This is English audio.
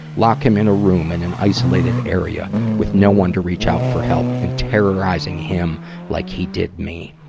lock him in a room in an isolated area with no one to reach out for help, and terrorizing him like he did me.